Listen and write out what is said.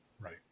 Right